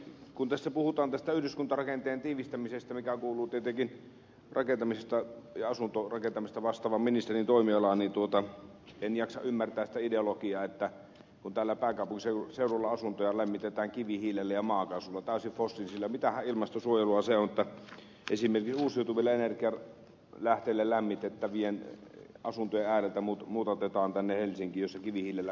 kun tässä puhutaan yhdyskuntarakenteen tiivistämisestä mikä kuuluu tietenkin rakentamisesta ja asuntorakentamisesta vastaavan ministerin toimialaan niin en jaksa ymmärtää sitä ideologiaa kun täällä pääkaupunkiseudulla asuntoja lämmitetään kivihiilellä ja maakaasulla täysin fossiilisilla mitähän ilmastonsuojelua se on kun esimerkiksi uusiutuvilla energianlähteillä lämmitettävien asuntojen ääreltä muutatetaan tänne helsinkiin jossa kivihiilellä kaikki lämmitetään